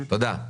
תודה.